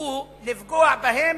הוא לפגוע בהם,